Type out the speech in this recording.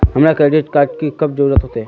हमरा credit card की कब जरूरत होते?